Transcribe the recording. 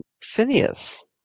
Phineas